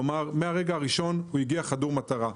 כלומר, מהרגע הראשון הוא הגיע חדור מטרה.